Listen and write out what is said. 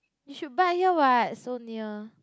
you should bike here what so near